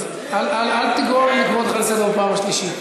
אז אל תגרום לי לקרוא אותך לסדר בפעם השלישית.